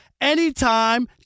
anytime